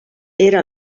era